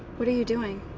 what are you doing?